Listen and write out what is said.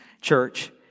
church